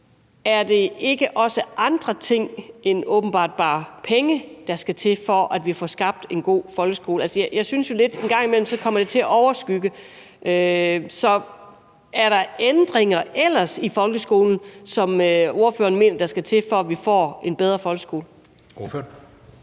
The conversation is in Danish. Er der ikke også andre ting end bare penge, der skal til, for at vi får skabt en god folkeskole? Altså, jeg synes jo lidt, at det en gang imellem kommer til at overskygge det. Så er der ellers nogle ændringer i folkeskolen, som ordføreren mener der skal til, for at vi får en bedre folkeskole? Kl.